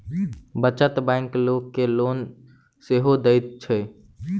बचत बैंक लोक के लोन सेहो दैत छै